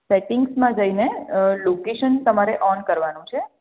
સેટિંગ્સમાં જઈને લોકેશન તમારે ઓન કરવાનું છે